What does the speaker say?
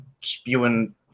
spewing